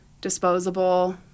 disposable